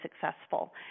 successful